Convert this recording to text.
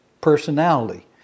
personality